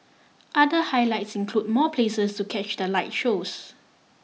other highlights include more places to catch the light shows